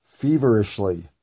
feverishly